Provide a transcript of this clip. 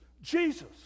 Jesus